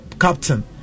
captain